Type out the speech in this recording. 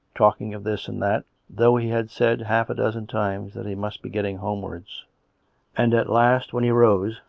talking of this and that, though he had said half a dozen times that he must be getting homewards and at last, when he rose.